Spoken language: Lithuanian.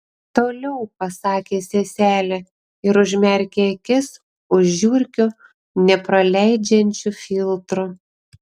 toliau pasakė seselė ir užmerkė akis už žiurkių nepraleidžiančių filtrų